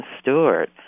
Stewart